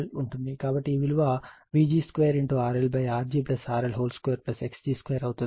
కాబట్టి ఈ విలువ Vg2RLRgRL2xg2 అవుతుంది